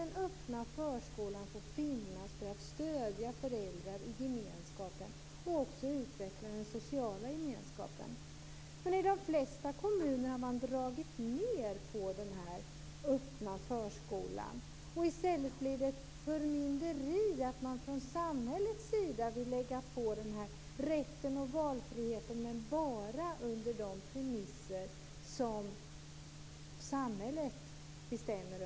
Den öppna förskolan kan stödja föräldrar genom gemenskapen där och även genom att utveckla den sociala gemenskapen. I de flesta kommuner har man dragit ned på den öppna förskolan. I stället blir det ett förmynderi från samhällets sida genom att man vill lägga fram den här rätten och valfriheten, men bara under de premisser som samhället bestämmer.